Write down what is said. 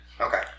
Okay